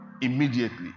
Immediately